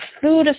food